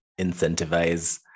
incentivize